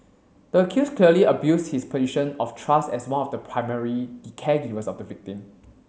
the accused clearly abused his position of trust as one of the primary caregivers of the victim